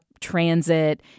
Transit